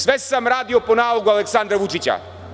Sve sam radio po nalogu Aleksandra Vučića.